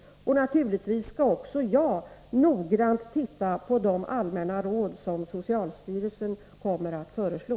Naturligtvis skall också jag noggrant titta på de allmänna råd som socialstyrelsen kommer att föreslå.